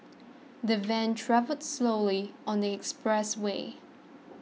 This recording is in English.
the van travelled slowly on the expressway